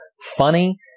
funny